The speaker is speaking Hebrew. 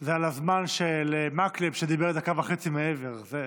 זה על הזמן של מקלב, שדיבר דקה וחצי מעבר.